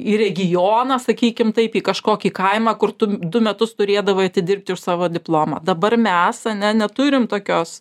į regioną sakykim taip į kažkokį kaimą kur tu du metus turėdavai atidirbti už savo diplomą dabar mes ane neturim tokios